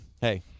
hey